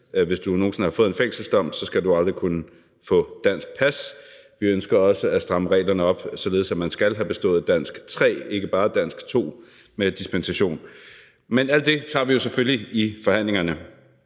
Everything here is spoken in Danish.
hvis du nogen sinde har fået en fængselsdom, skal du aldrig kunne få dansk pas – og også at stramme reglerne, således at man skal have bestået danskprøve 3 og ikke bare danskprøve 2 med dispensation. Men alt det tager vi selvfølgelig i forhandlingerne.